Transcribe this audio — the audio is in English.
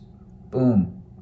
boom